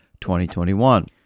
2021